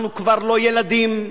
אנחנו כבר לא ילדים,